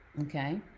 okay